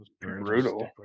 Brutal